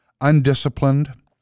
undisciplined